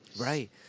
right